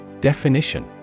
Definition